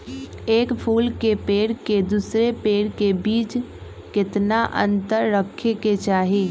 एक फुल के पेड़ के दूसरे पेड़ के बीज केतना अंतर रखके चाहि?